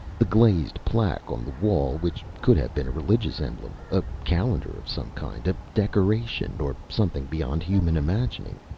the glazed plaque on the wall, which could have been a religious emblem, a calendar of some kind, a decoration, or something beyond human imagining?